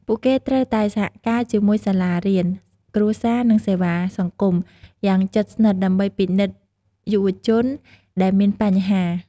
ពួកគេត្រូវតែ សហការជាមួយសាលារៀន គ្រួសារ និងសេវាសង្គម យ៉ាងជិតស្និទ្ធ ដើម្បីពិនិត្យយុវជនដែលមានបញ្ហា។